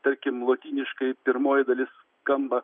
tarkim lotyniškai pirmoji dalis skamba